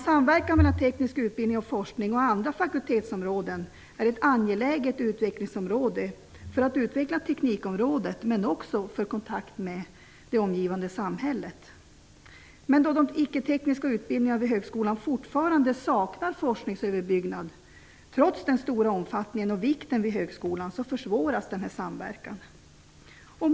Samverkan mellan teknisk utbildning och forskning och andra fakultetsområden är ett angeläget utvecklingsområde för att utveckla teknikområdet, men också för kontakt med det omgivande samhället. Då de icke-tekniska utbildningarna vid högskolan fortfarande saknar forskningsöverbyggnad, trots den stora omfattningen och den vikt som de har vid högskolan, försvåras denna samverkan.